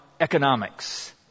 economics